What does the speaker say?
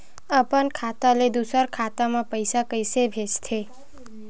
अपन खाता ले दुसर के खाता मा पईसा कइसे भेजथे?